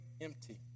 empty